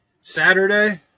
Saturday